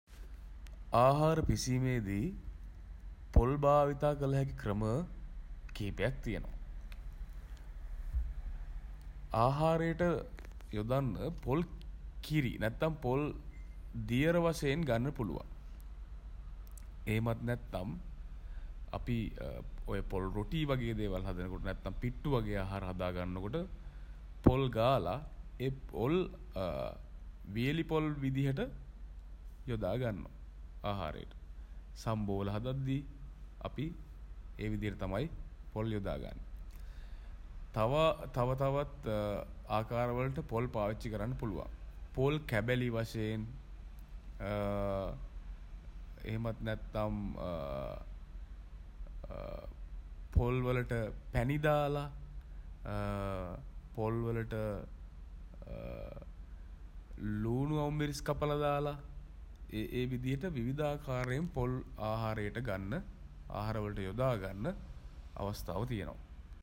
ආහාර පිසීමේදී පොල් භාවිතා කළ හැකි ක්‍රම කිහිපයක් තියෙනවා. ආහාරයට යොදන්න පොල් කිරි නැත්නම් පොල් දියර වශයෙන් ගන්න පුළුවන්. එහෙමත් නැත්නම් අපි ඔය පොල් රොටි වගේ දේවල් හදන කොට නැත්නම් පිට්ටු වගේ ආහාර හදා ගන්න කොට පොල් ගාලා ඒ පොල් වියළි පොල් විදිහට යොදා ගන්නවා ආහාරයට. සම්බෝල හදද්දී අපි ඒ විදිහට තමයි පොල් යොදා ගන්නේ. තව තව තවත් ආකාර වලට පොල් පාවිච්චි කරන්න පුළුවන්. පොල් කැබලි වශයෙන් එහෙමත් නැත්නම් පොල් වලට පැණි දාලා පොල් වලට ළූණු අමු මිරිස් කපලා දාලා ඒ ඒ විදිහට විවිධාකාරයෙන් පොල් ආහාරයට ගන්න ආහාර වලට යොදා ගන්න අවස්ථාව තියෙනවා.